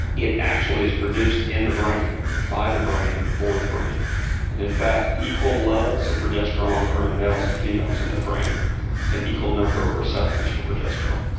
it actually is produced in the brain by the brain for the brain and in fact equal levels of progesterone are in males and females in the brain and equal numbers of receptors for progesterone.